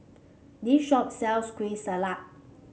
this shop sells Kueh Salat